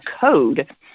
code